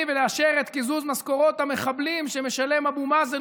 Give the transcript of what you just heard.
ולאשר את קיזוז משכורות המחבלים שמשלם אבו מאזן